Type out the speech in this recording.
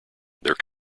they’re